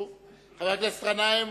חבר הכנסת גנאים,